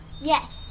Yes